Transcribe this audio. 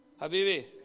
Habibi